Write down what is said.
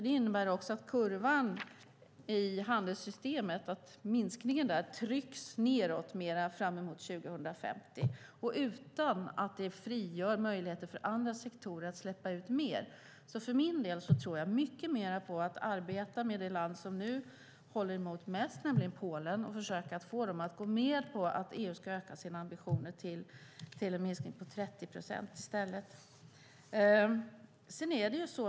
Det innebär också att kurvan i handelssystemet, minskningen, trycks nedåt mer framåt 2050 utan att det frigör möjligheter för andra sektorer att släppa ut mer. För min del tror jag mycket mer på att arbeta med det land som nu håller emot mest, nämligen Polen, och försöka få dem att gå med på att EU ska öka sina ambitioner till åtminstone 30 procent i stället.